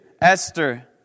Esther